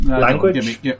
Language